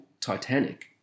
Titanic